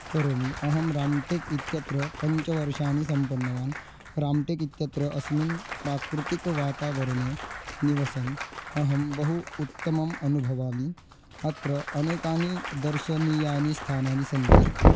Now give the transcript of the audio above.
करोमि अहं राम्टेक् इत्यत्र पञ्च वर्षाणि सम्पन्नवान् राम्टेक् इत्यत्र अस्मिन् प्राकृतिकवातावरणे निवसन् अहं बहु उत्तमम् अनुभवामि अत्र अनेकानि दर्शनीयानि स्थानानि सन्ति